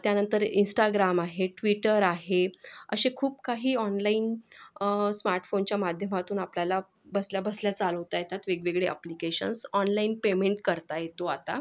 त्यानंतर इंस्टाग्राम आहे ट्विटर आहे असे खूप काही ऑनलाईन स्मार्टफोनच्या माध्यमातून आपल्याला बसल्या बसल्या चालवता येतात वेगवेगळे अप्लिकेशन्स ऑनलाईन पेमेंट करता येतो आता